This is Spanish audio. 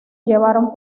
llevaron